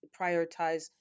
prioritize